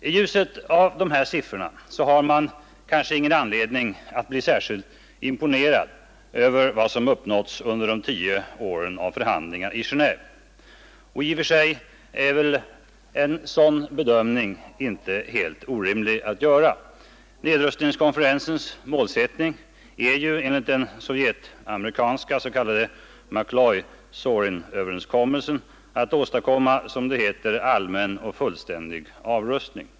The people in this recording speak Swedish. I ljuset av dessa siffror har man kanske ingen anledning att vara särskilt imponerad över vad som uppnåtts under de tio åren av förhandlingar i Genéve. Och i och för sig är väl en sådan bedömning inte helt orimlig. Nedrustningskonferensens målsättning är enligt den sovjetisk-amerikanska s.k. McCloy-Zorin-överenskommelsen att åstadkomma ”allmän och fullständig avrustning”.